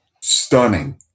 stunning